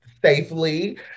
safely